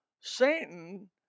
Satan